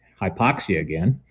hypoxia again.